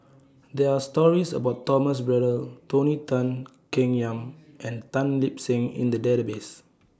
There Are stories about Thomas Braddell Tony Tan Keng Yam and Tan Lip Seng in The Database